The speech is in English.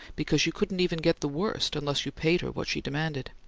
because you couldn't even get the worst unless you paid her what she demanded.